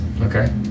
Okay